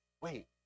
Wait